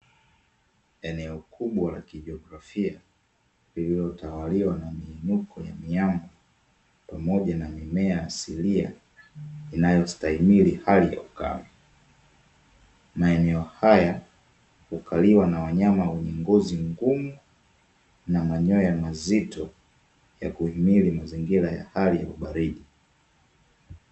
Eneo kubwa la kijografia lililotawaliwa na miinuko ya miamba pamoja na mimea asilia inayostahimili hali ya ukame , maeneo haya hukaliwa na wanyama wenye ngozi ngumu na manyoya mazito ya kuhimili mazingira ya hali ya ubaridi.